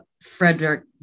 Frederick